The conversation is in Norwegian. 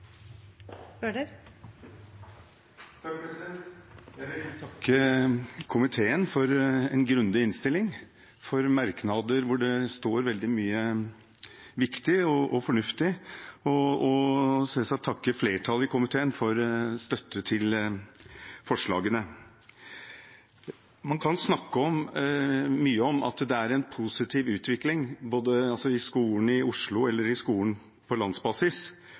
Jeg vil takke komiteen for en grundig innstilling og for merknader hvor det står veldig mye viktig og fornuftig, og jeg vil selvsagt takke flertallet i komiteen for støtte til forslagene. Man kan snakke mye om at det er en positiv utvikling i skolen i Oslo eller i skolen på landsbasis,